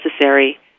necessary